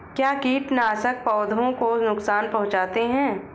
क्या कीटनाशक पौधों को नुकसान पहुँचाते हैं?